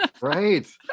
Right